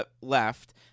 left